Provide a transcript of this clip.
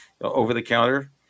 over-the-counter